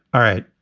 all right,